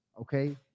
okay